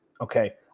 Okay